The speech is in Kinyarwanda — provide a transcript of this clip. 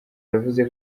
yavuze